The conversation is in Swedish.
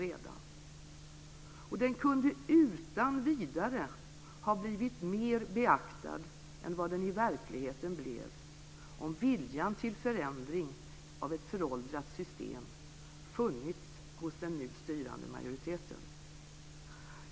Förslaget kunde utan vidare "hafva blivit mera beaktad än vad den i verkligheten blef" om viljan till förändring av ett föråldrat system funnits hos den nu styrande majoriteten.